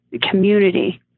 community